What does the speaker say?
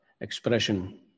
expression